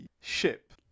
ship